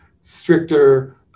stricter